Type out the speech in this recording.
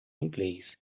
inglês